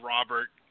Robert